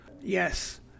Yes